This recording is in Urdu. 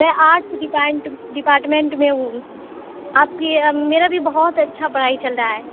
میں آرٹس ڈپارٹمنٹ میں ہوں آپ کی میرا بھی بہت اچھا پڑھائی چل رہا ہے